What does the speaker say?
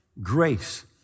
grace